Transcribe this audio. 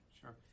Sure